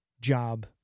job